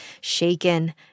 shaken